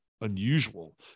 unusual